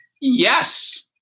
Yes